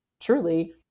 truly